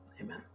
amen